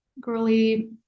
girly